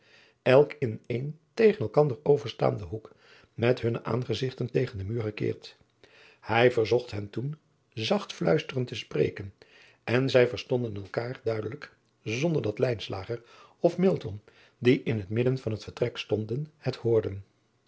elk in een tegen elkander overstaanden hoek met hunne aangezigten tegen den muur gekeerd hij verzocht hen toen zacht fluisterend te spreken en zij verstonden elkander duidelijk zonder dat of die in het midden van het vertrek stonden het hoorden